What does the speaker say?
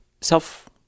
self